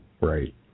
right